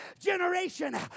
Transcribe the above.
generation